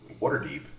Waterdeep